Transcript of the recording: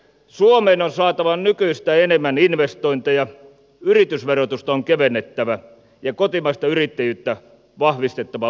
suomeen on saatava nykyistä enemmän investointeja yritysverotusta on kevennettävä ja kotimaista yrittäjyyttä vahvistettava voimakkaasti